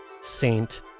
saint